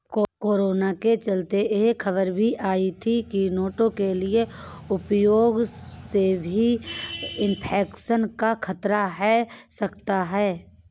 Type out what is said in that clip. corona के चलते यह खबर भी आई थी की नोटों के उपयोग से भी इन्फेक्शन का खतरा है सकता है